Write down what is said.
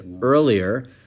earlier